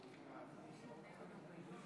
עשר דקות, אדוני.